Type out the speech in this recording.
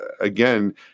again